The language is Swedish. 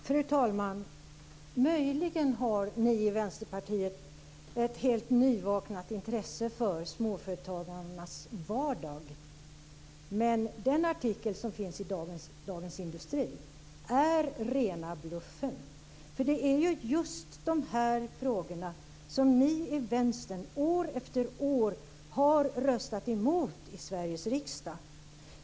Fru talman! Möjligen har ni i Vänsterpartiet ett nyvaknat intresse för småföretagarnas vardag. Men den artikel som finns i dagens Dagens Industri är rena bluffen. Det är just dessa frågor som ni i Vänstern år efter år har röstat emot i Sveriges riksdag.